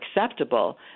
acceptable